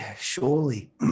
Surely